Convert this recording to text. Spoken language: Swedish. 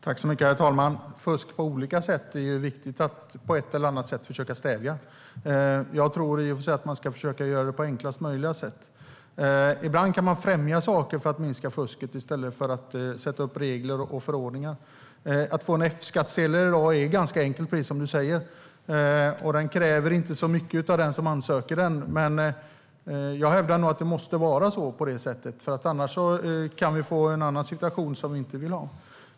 Herr talman! Det är viktigt att på ett eller annat sätt försöka stävja fusk. Jag tror i och för sig att man ska försöka göra det på enklast möjliga sätt. Ibland kan man främja saker för att minska fusket i stället för att sätta upp regler och förordningar. Att få en F-skattsedel i dag är ganska enkelt, precis som Daniel Sestrajcic säger, och det kräver inte så mycket av den som ansöker om den. Men jag hävdar nog att det måste vara på det sättet, för annars kan vi få en situation som vi inte vill ha.